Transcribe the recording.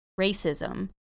racism